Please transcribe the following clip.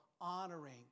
honoring